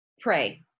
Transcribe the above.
Pray